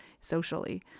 socially